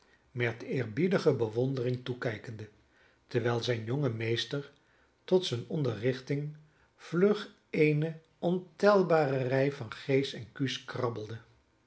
met eerbiedige bewondering toekijkende terwijl zijn jonge meester tot zijne onderrichting vlug eene ontelbare rij van g's en q's krabbelde